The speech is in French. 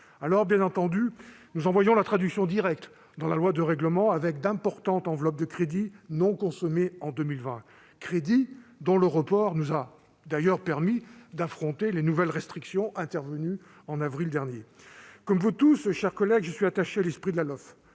Bien entendu, nous en voyons la traduction directe dans la loi de règlement, avec d'importantes enveloppes de crédits non consommés en 2020, crédits dont le report nous a d'ailleurs permis d'affronter les nouvelles restrictions intervenues en avril dernier. Comme vous tous, mes chers collègues, je suis attaché à l'esprit de la LOLF,